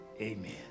Amen